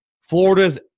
Florida's